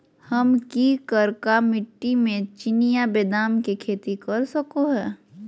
हम की करका मिट्टी में चिनिया बेदाम के खेती कर सको है?